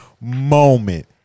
moment